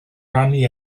rannu